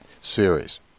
series